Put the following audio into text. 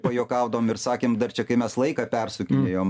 pajuokaudavom ir sakėm dar čia kai mes laiką persukinėjom